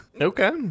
Okay